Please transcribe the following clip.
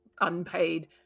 unpaid